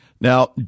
Now